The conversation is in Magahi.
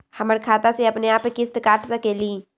हमर खाता से अपनेआप किस्त काट सकेली?